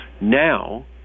Now